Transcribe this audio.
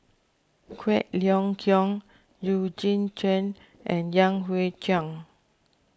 Quek Ling Kiong Eugene Chen and Yan Hui Chang